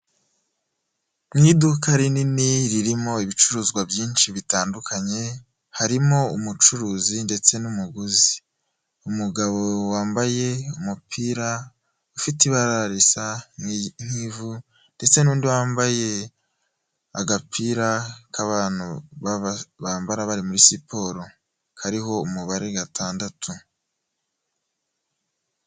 Mu iduka rinini ririmo ibicuruzwa byinshi bitandukanye, harimo umucuruzi ndetse n'umuguzi, umugabo wambaye umupira ufite ibara risa n'ivu ndetse n'undi wambaye agapira k'abantu bambara bari muri siporo, kariho umubare gatandatu.